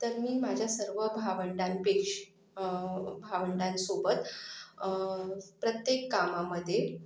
तर मी माझ्या सर्व भावंडांपेक्ष भावंडांसोबत प्रत्येक कामामध्ये